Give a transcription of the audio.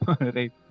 right